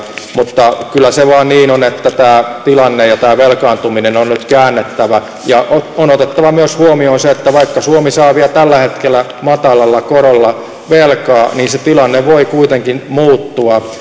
mutta kyllä se vain niin on että tämä tilanne ja tämä velkaantuminen on nyt käännettävä on otettava huomioon myös se että vaikka suomi saa vielä tällä hetkellä matalalla korolla velkaa niin se tilanne voi kuitenkin muuttua